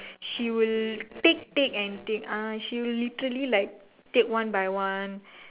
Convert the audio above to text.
she will take take and take ah she will literally like take one by one